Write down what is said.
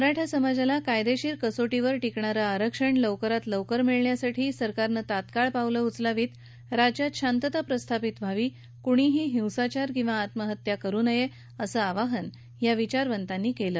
मराठा समाजाला कायदेशीर कसोटीवर टिकणारं आरक्षण लवकरात लवकर मिळण्यासाठी सरकारनं तात्काळ पावलं उचलावीत राज्यात शांतता प्रस्थापित व्हावी कुणीही हिंसाचार किंवा आत्महत्या करू नये असं आवाहन या विचारवंतांनी केलं